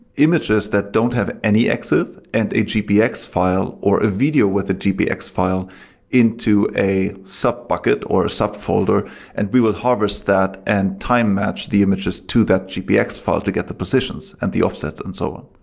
images that don't have any exif and a gbx file or a video with a gbx file into a sub-bucket, or a subfolder and we will harvest that and time match the images to that gbx file to get the positions and the offsets and so on.